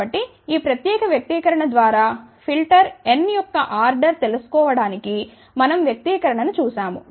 కాబట్టి ఈ ప్రత్యేక వ్యక్తీకరణ ద్వారా ఫిల్టర్ n యొక్క ఆర్డర్ తెలుసుకోవడానికి మనం వ్యక్తీకరణ ను చూశాము